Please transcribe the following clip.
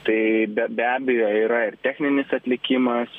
tai be be abejo yra ir techninis atlikimas